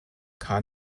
car